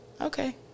okay